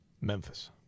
Memphis